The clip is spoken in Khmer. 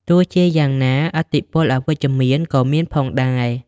ទោះជាយ៉ាងណា ឥទ្ធិពលអវិជ្ជមានក៏មានផងដែរ។